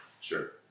sure